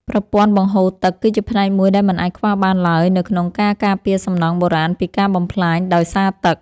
ប្រព័ន្ធបង្ហូរទឹក គឺជាផ្នែកមួយដែលមិនអាចខ្វះបានឡើយនៅក្នុងការការពារសំណង់បុរាណពីការបំផ្លាញដោយសារទឹក។